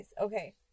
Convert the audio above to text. Okay